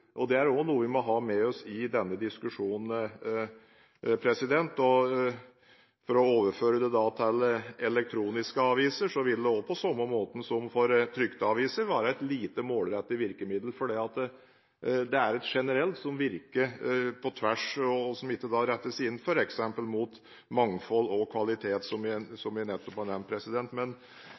og kvalitet, og det er også noe vi må ha med oss i denne diskusjonen. For å overføre dette til elektroniske aviser, så vil det også, på samme måten som for trykte aviser, være et lite målrettet virkemiddel. For dette er et generelt virkemiddel som virker på tvers, som da ikke rettes inn f.eks. mot mangfold og kvalitet, som jeg nettopp har nevnt. Dette er en viktig debatt. Finansministeren skal håndtere avgiftssystemet, men